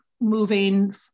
moving